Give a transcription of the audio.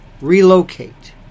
relocate